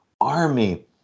army